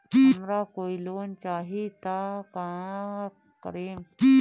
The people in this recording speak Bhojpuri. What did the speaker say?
हमरा कोई लोन चाही त का करेम?